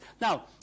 Now